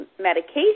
medication